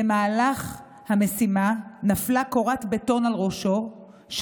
במהלך המשימה נפלה קורת בטון על ראשו,